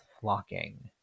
flocking